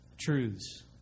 truths